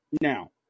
now